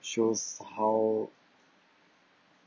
shows how